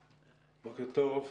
בוקר טוב,